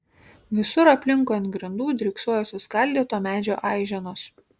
visur aplinkui ant grindų dryksojo suskaldyto medžio aiženos